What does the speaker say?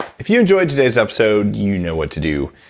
if you enjoyed today's episode, you know what to do.